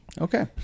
okay